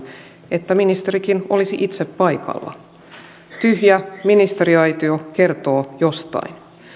että ministerikin olisi itse paikalla tyhjä ministeriaitio kertoo jostain